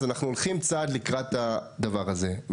אז אנחנו הולכים צעד לקראת הדבר הזה.